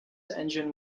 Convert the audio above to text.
engine